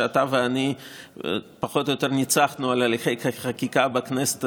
שאתה ואני פחות או יותר ניצחנו על הליכי חקיקה בכנסת